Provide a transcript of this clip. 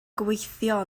gweithio